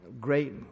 great